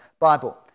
Bible